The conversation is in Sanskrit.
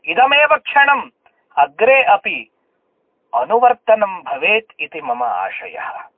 इदमेव क्षणम् अग्रे अपि अनुवर्तनं भवेत् इति मम आशयः